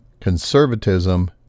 conservatism